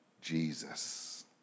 Jesus